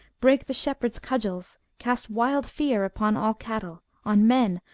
break the shepherds cudgels, cast wild fear upon all cattle, on men,